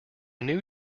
new